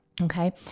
Okay